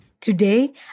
Today